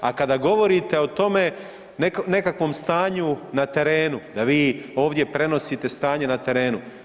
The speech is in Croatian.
A kada govorite o tome, nekakvom stanju na terenu da vi ovdje prenosite stanje na terenu.